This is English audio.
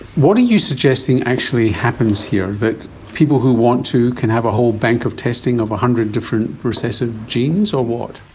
what are you suggesting actually happens here? that people who want to can have a whole bank of testing one hundred different recessive genes, or what?